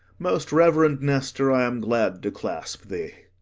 most reverend nestor, i am glad to clasp thee.